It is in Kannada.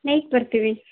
ನೈಟ್ ಬರ್ತೀವಿ